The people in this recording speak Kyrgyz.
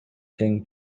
тең